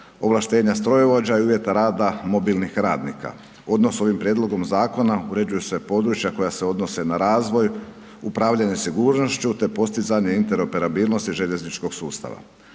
ovlaštenja strojovođa i uvjeta rada mobilnih radnika, odnosno ovim prijedlogom zakona uređuju se područja koja se odnose na razvoj, upravljanje sigurnošću te postizanje interoperabilnosti željezničkog sustava.